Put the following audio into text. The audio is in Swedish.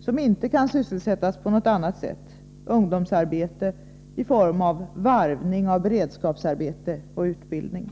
som inte kan sysselsättas på något annat sätt ungdomsarbete i form av varvning av beredskapsarbete och utbildning.